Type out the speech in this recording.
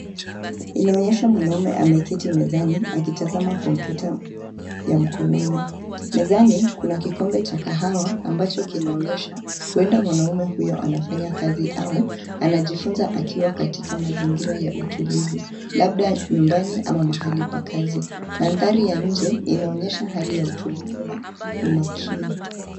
Inaonyesha mwanaume ameketi mezani akitazama kompyuta ya mkononi. Mezani kuna kikombe cha kahawa ambacho kinaonyesha huenda mwanaume huyo, anafanya kazi au anajifunza akiwa katika mazingira ya utulivu, labda nyumbani ama mahali pa kazi. Mandhari ya nje inaonyesha hali ya utulivu na umakini.